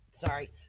Sorry